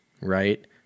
right